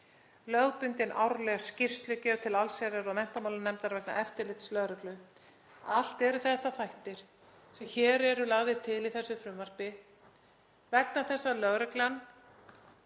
lögbundin árleg skýrslugjöf til allsherjar- og menntamálanefndar vegna eftirlits lögreglu. Allt eru þetta þættir sem eru lagðir til í þessu frumvarpi vegna þess að lögreglan